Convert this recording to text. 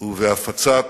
ובהפצת